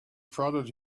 prodded